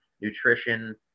nutrition